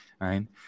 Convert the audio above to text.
right